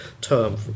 term